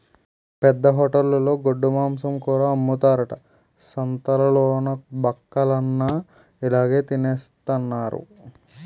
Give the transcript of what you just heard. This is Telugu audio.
పెద్ద హోటలులో గొడ్డుమాంసం కూర అమ్ముతారట సంతాలలోన బక్కలన్ని ఇలాగె తినెత్తన్నారు